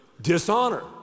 dishonor